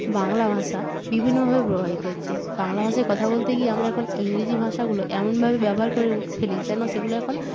বাংলা ভাষা বিভিন্নভাবে প্রভাভিত হচ্ছে বাংলা ভাষায় কথা বলতে গিয়ে আমরা এখন ইংরিজি ভাষাগুলো এমনভাবে ব্যবহার করে ফেলি যেন সেগুলো এখন